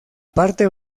parte